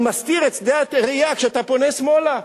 הוא מסתיר את שדה הראייה כשאתה פונה שמאלה.